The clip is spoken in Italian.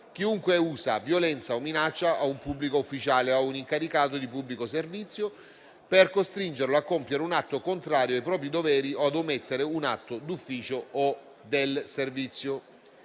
chiunque usa violenza o minaccia a un pubblico ufficiale o a un incaricato di pubblico servizio per costringerlo a compiere un atto contrario ai propri doveri o ad omettere un atto d'ufficio o del servizio.